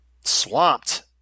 swamped